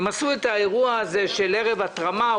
הם עשו את האירוע הזה של ערב התרמה.